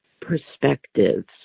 perspectives